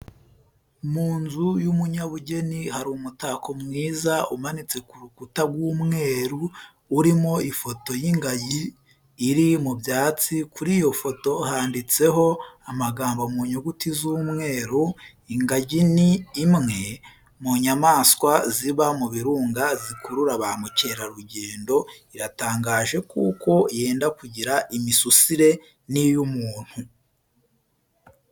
Mu nzu y'umunyabugeni hari umutako mwiza umanitse ku rukuta rw'umweru urimo ifoto y'ingagi iri mu byatsi kuri iyo foto handitseo amagambo mu nyuguti z'umweru, ingagi ni imwe mu nyamaswa ziba mu birunga zikurura ba mukerarugendo iratangaje kuko yenda kugira imisusire n'iy'umuntu.